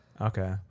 Okay